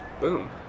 Boom